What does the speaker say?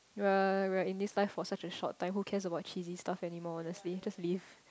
you're you're in this time for such a short time who cares about cheesy stuff any more honesty just leave